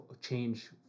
change